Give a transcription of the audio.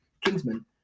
kingsman